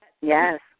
Yes